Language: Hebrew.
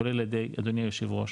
כולל על ידי אדוני היושב ראש,